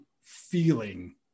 feeling